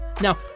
Now